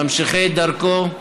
ממשיכי דרכו,